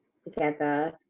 together